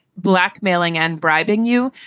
blackmailing and bribing you.